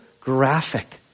graphic